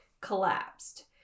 collapsed